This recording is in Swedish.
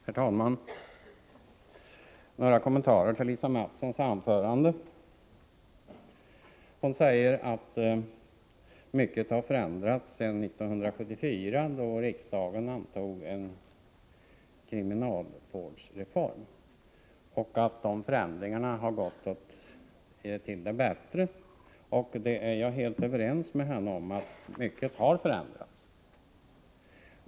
Herr talman! Några kommentarer till Lisa Mattsons anförande. Hon säger att mycket har förändrats sedan 1974, då riksdagen antog en kriminalvårdsreform, och att de förändringarna har varit till det bättre. Jag är helt överens med henne om att mycket har förändrats.